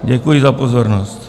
Děkuji za pozornost.